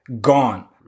Gone